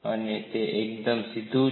અને તે એકદમ સીધું છે